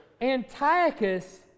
Antiochus